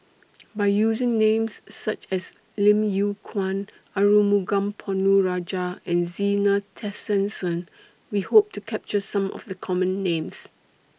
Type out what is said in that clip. By using Names such as Lim Yew Kuan Arumugam Ponnu Rajah and Zena Tessensohn We Hope to capture Some of The Common Names